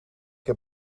heb